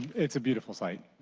it's a beautiful site.